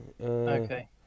Okay